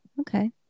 okay